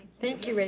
thank you,